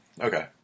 Okay